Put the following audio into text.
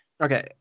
okay